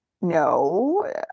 No